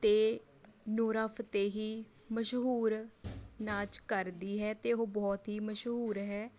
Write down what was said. ਅਤੇ Nora Fatehi ਮਸ਼ਹੂਰ ਨਾਚ ਕਰਦੀ ਹੈ ਅਤੇ ਉਹ ਬਹੁਤ ਹੀ ਮਸ਼ਹੂਰ ਹੈ